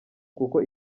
kuko